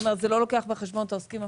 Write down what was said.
זה לא לוקח בחשבון את העוסקים הפטורים,